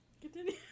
Continue